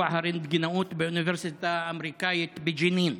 הרנטגנאות באוניברסיטה האמריקנית בג'נין.